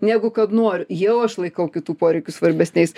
negu kad noriu jau aš laikau kitų poreikių svarbesniais